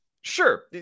sure